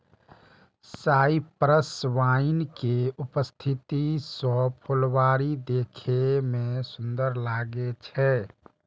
cypress wine के उपस्थिति सं फुलबाड़ी देखै मे सुंदर लागै छै